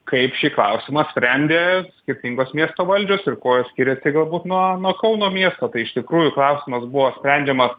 kaip šį klausimą sprendė skirtingos miesto valdžios ir kuo jos skiriasi galbūt nuo nuo kauno miesto iš tikrųjų klausimas buvo sprendžiamas